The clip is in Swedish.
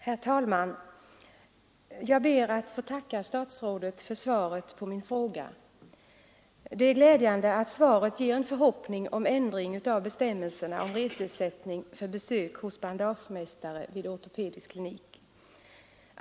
Herr talman! Jag ber att få tacka statsrådet för svaret på min fråga. Det är glädjande act svaret ger en förhoppning om ändring av bestämmelserna om reseersättning för besök hos bandagemästare vid ortopedisk klinik.